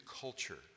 culture